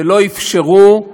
ולא אפשרו,